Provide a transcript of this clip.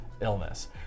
illness